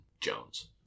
Jones